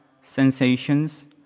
sensations